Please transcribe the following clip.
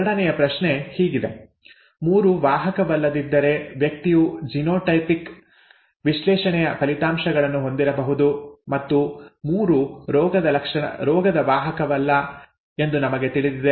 ಎರಡನೆಯ ಪ್ರಶ್ನೆ ಹೀಗಿದೆ 3 ವಾಹಕವಲ್ಲದಿದ್ದರೆ ವ್ಯಕ್ತಿಯು ಜಿನೋಟೈಪಿಕ್ ವಿಶ್ಲೇಷಣೆಯ ಫಲಿತಾಂಶಗಳನ್ನು ಹೊಂದಿರಬಹುದು ಮತ್ತು 3 ರೋಗದ ವಾಹಕವಲ್ಲ ಎಂದು ನಮಗೆ ತಿಳಿದಿದೆ